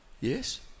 Yes